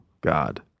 God